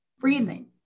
breathing